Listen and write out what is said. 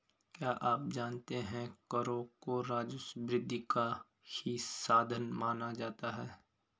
क्या आप जानते है करों को राजस्व वृद्धि का ही साधन माना जाता है?